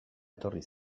etorri